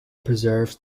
preserves